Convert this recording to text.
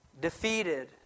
defeated